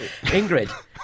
Ingrid